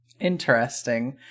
Interesting